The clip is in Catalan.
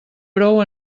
prou